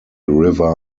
river